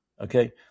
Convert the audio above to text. okay